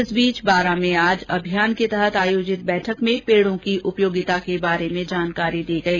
इस बीच बारा में आज जलशक्ति अभियान के तहत आयोजित बैठक में पेड़ों की उपयोगिता के बारे में जानकारी दी गई